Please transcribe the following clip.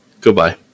goodbye